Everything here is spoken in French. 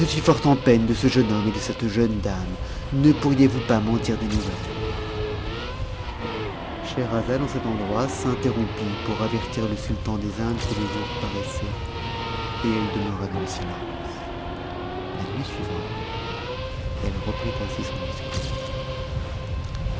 fort en peine de ce jeune homme et de cette jeune dame ne pourriez-vous pas m'en dire des nouvemës a scheherazade en cet endroit s'interrompit pour avertir le sultan des indes que le jour paraissait et elle demeura dans le silence la nuit suivante elle reprit ainsi son discours